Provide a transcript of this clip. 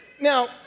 Now